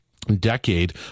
decade